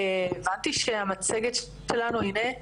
אז באמת אני רוצה להוסיף על הדברים של פרופסור חנה הרצוג,